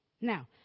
Now